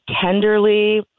tenderly